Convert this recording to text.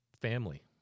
family